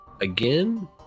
again